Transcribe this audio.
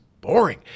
boring